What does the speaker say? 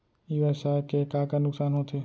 ई व्यवसाय के का का नुक़सान होथे?